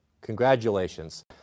congratulations